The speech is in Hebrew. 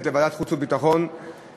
לוועדת החוץ והביטחון ולוועדת חוקה.